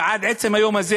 ועד עצם היום הזה,